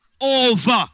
over